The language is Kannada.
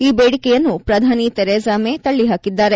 ಈ ಬೇಡಿಕೆಯನ್ನು ಪ್ರಧಾನಿ ತೆರೆಸಾ ಮೆ ತಳ್ಳಹಾಕಿದ್ದಾರೆ